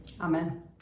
Amen